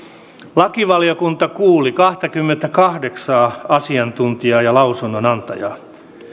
lakivaliokunta kuuli kahtakymmentäkahdeksaa asiantuntijaa ja lausunnonantajaa